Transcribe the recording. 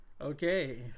Okay